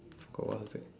forgot what is that